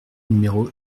numéro